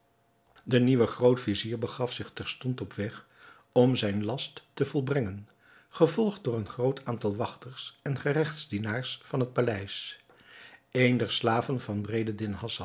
de nieuwe groot-vizier begaf zich terstond op weg om zijn last te volbrengen gevolgd door een groot aantal wachters en geregtsdienaars van het paleis een der slaven van